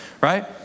right